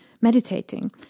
meditating